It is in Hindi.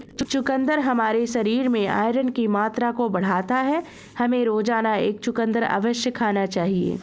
चुकंदर हमारे शरीर में आयरन की मात्रा को बढ़ाता है, हमें रोजाना एक चुकंदर अवश्य खाना चाहिए